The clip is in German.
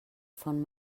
von